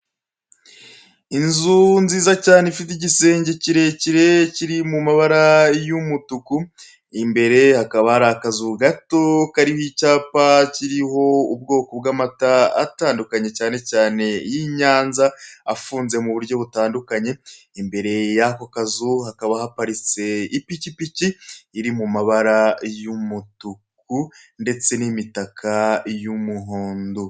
Inzu nziza cyane ifite igisenge kirekire kiri mu mabara y'umutuku, imbere hakaba hari akazu gato kariho icyapa kiriho ubwoko bw'amata atandukanye cyane cyane y'i Nyanza afunze muburyo butandukanye, imbere yako kazu hakaba haparitse ipikipiki iri mu mabara y'umutuku ndetse n'imitaka y'umuhondo.